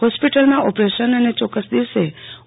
હોસ્પોટલમા operation અને ચોકકસ દિવસે ઓ